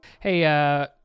Hey